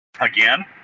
Again